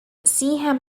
seaham